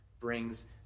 brings